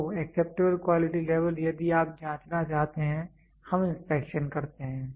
तो acceptable quality level यदि आप जाँचना चाहते हैं हम इंस्पेक्शन करते हैं